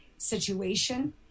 situation